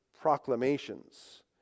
proclamations